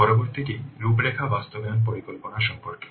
পরবর্তীটি রূপরেখা বাস্তবায়ন পরিকল্পনা সম্পর্কে